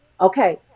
Okay